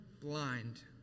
blind